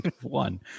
One